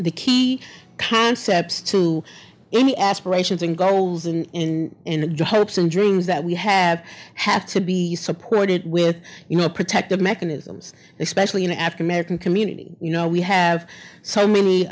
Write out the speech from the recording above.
the key concepts to any aspirations and goals in in the hopes and dreams that we have have to be supported with you know protective mechanisms especially in africa american community you know we have so